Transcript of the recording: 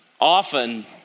often